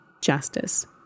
justice